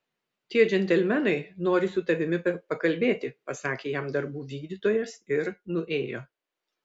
tie džentelmenai nori su tavimi pakalbėti pasakė jam darbų vykdytojas ir nuėjo